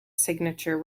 signature